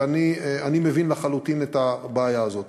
ואני מבין לחלוטין את הבעיה הזאת.